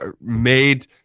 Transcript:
made